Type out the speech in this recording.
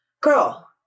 Girl